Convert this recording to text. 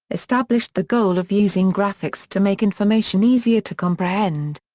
established the goal of using graphics to make information easier to comprehend.